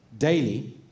Daily